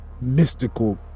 mystical